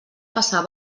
passar